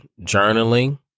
journaling